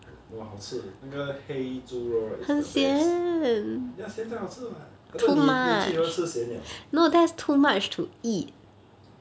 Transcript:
you know 好吃那个黑猪肉 right is the best ya 咸好吃 what I thought 你最喜环吃咸